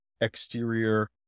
exterior